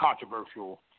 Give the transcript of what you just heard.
controversial